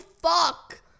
fuck